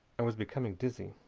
and was becoming dizzy.